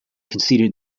conceded